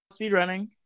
speedrunning